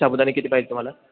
साबुदाणे किती पाहिजे तुम्हाला